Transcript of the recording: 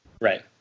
Right